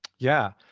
yeah.